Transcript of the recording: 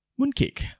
Mooncake